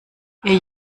ihr